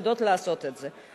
יודעות לעשות את זה.